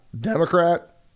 Democrat